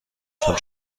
von